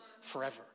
forever